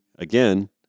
again